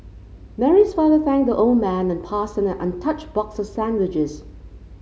Mary's father thanked the old man and passed him an untouched box of sandwiches